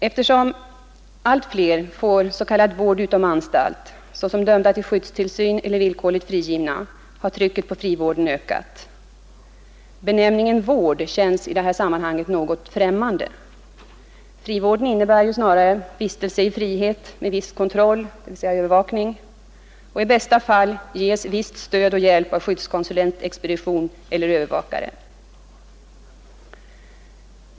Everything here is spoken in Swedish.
Eftersom allt fler får s.k. vård utom anstalt såsom dömda till skyddstillsyn eller villkorligt frigivna, har trycket på frivården ökat. Benämningen ”vård” känns i sammanhanget något främmande. Frivård innebär snarare en vistelse i frihet med viss kontroll, dvs. övervakning. I bästa fall ges viss form av stöd och hjälp av skyddskonsulentexpedition eller övervakare.